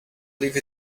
leave